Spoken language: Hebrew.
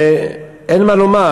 אין מה לומר.